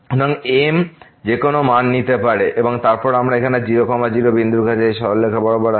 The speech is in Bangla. সুতরাং m যেকোন মান নিতে পারে এবং তারপর আমরা এখানে 0 0 বিন্দুর কাছে এই সরলরেখা বরাবর আসছি